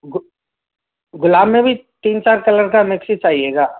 गु गुलाब में भी तीन चार कलर का मिक्स ही चाहिएगा